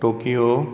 Tokyo